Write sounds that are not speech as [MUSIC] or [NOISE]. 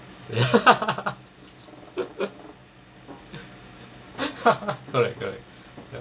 ya [LAUGHS] correct correct